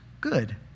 good